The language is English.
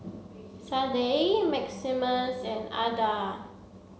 Sadye Maximus and Adda